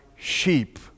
sheep